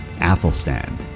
Athelstan